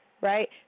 right